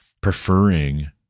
Preferring